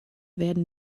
werden